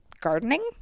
gardening